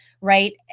Right